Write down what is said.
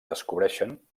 descobreixen